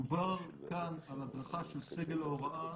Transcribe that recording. דובר כאן על הדרכה של סגל ההוראה,